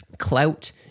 clout